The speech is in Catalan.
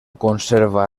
conserva